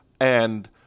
and-